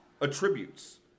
attributes